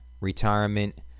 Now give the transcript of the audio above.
retirement